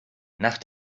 nach